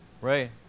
Right